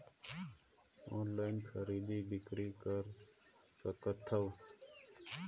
Online खरीदी बिक्री कर सकथव?